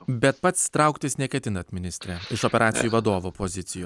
bet pats trauktis neketinat ministre iš operacijų vadovo pozicijų